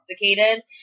intoxicated